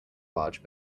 large